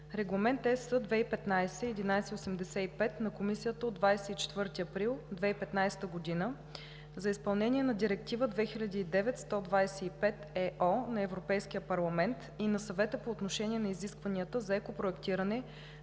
Регламент (ЕС) 2015/1185 на Комисията от 24 април 2015 г. за изпълнение на Директива 2009/125 (ЕО) на Европейския парламент и на Съвета по отношение на изискванията за екопроектиране